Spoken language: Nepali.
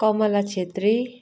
कमला छेत्री